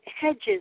hedges